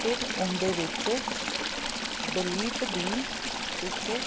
ਫਿਰ ਉਹਦੇ ਵਿੱਚ ਡਲੀਟ ਦੀ ਇੱਕ